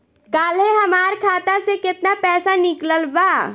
काल्हे हमार खाता से केतना पैसा निकलल बा?